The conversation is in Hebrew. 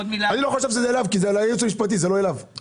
על 500-400 שקלים שיישארו להם בנטו.